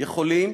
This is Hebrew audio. יכולים